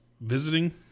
visiting